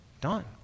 done